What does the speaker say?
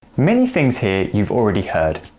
many things here you've already heard.